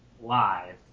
live